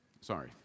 Sorry